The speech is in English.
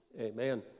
Amen